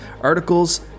articles